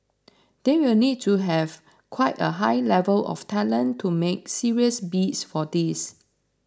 they will need to have quite a high level of talent to make serious bids for these